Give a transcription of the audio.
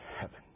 heaven